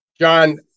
John